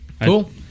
Cool